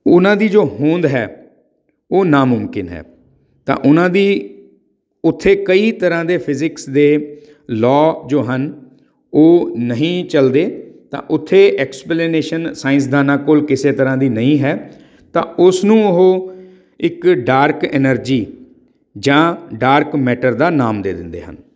ਉਨ੍ਹਾਂ ਦੀ ਜੋ ਹੋਂਦ ਹੈ ਉਹ ਨਾਮੁਮਕਿਨ ਹੈ ਤਾਂ ਉਹਨਾਂ ਦੀ ਉੱਥੇ ਕਈ ਤਰ੍ਹਾਂ ਦੇ ਫਿਜਿਕਸ ਦੇ ਲੋ ਜੋ ਹਨ ਉਹ ਨਹੀਂ ਚਲਦੇ ਤਾਂ ਉੱਥੇ ਐਕਸਪਲੇਨੇਸ਼ਨ ਸਾਇੰਸਦਾਨਾਂ ਕੋਲ ਕਿਸੇ ਤਰ੍ਹਾਂ ਦੀ ਨਹੀਂ ਹੈ ਤਾਂ ਉਸਨੂੰ ਉਹ ਇੱਕ ਡਾਰਕ ਐਨਰਜੀ ਜਾਂ ਡਾਰਕ ਮੈਟਰ ਦਾ ਨਾਮ ਦੇ ਦਿੰਦੇ ਹਨ